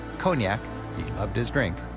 cognac-he loved his drink,